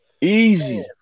Easy